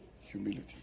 Humility